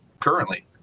currently